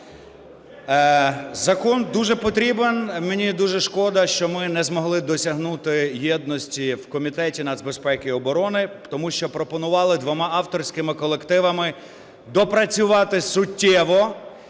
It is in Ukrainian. Закон дуже потрібен. Мені дуже шкода, що ми не змогли досягнути єдності в Комітеті нацбезпеки і оборони, тому що пропонували двома авторськими колективами допрацювати суттєво,